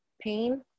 pain